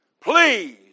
Please